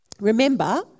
Remember